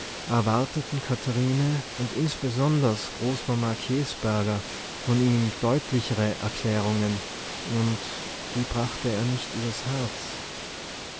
erwarteten katharine und insbesonders großmama käsberger von ihm deutlichere erklärungen und die brachte er nicht übers herz